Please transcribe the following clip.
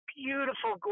beautiful